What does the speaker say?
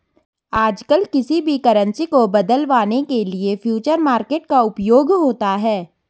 आजकल किसी भी करन्सी को बदलवाने के लिये फ्यूचर मार्केट का उपयोग होता है